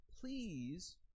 please